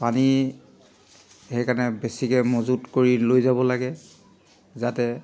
পানী সেইকাৰণে বেছিকৈ মজুত কৰি লৈ যাব লাগে যাতে